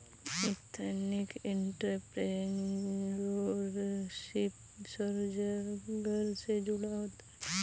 ethnic entrepreneurship स्वरोजगार से जुड़ा होता है